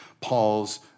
Paul's